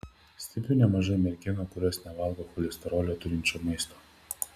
stebiu nemažai merginų kurios nevalgo cholesterolio turinčio maisto